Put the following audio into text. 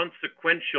consequential